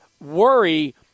worry